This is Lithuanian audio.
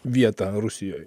vietą rusijoj